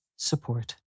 Support